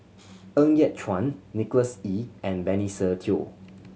Ng Yat Chuan Nicholas Ee and Benny Se Teo